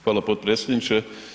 Hvala potpredsjedniče.